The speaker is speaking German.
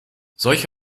solch